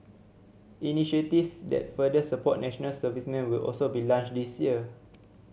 initiative that further support national servicemen will also be launched this year